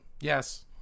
Yes